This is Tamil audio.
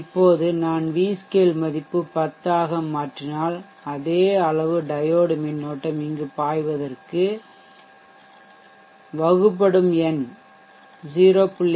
இப்போது நான் v scale மதிப்பு 10 ஆக மாற்றினால் அதே அளவு டையோடு மின்னோட்டம் இங்கு பாய்வதற்கு வகுபடும் எண்நுமெரேட்டர் 0